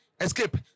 escape